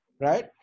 Right